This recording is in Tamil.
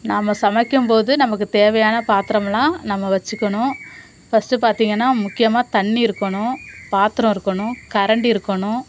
நாம சமைக்கும் போது நமக்கு தேவையான பாத்திரம்லாம் நம்ம வச்சிக்கணும் ஃபஸ்ட்டு பார்த்தீங்கன்னா முக்கியமாக தண்ணி இருக்கணும் பாத்திரம் இருக்கணும் கரண்டி இருக்கணும்